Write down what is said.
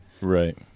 Right